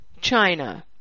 China